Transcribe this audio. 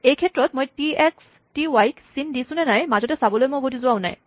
এই ক্ষেত্ৰত মই টি এক্স টি ৱাইক চিন দিছোনে নাই মাজতে চাবলৈ উভতি যোৱাও নাই